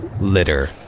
Litter